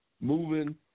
moving